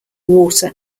water